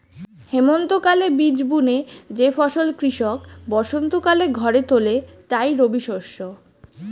হেমন্তকালে বীজ বুনে যে ফসল কৃষক বসন্তকালে ঘরে তোলে তাই রবিশস্য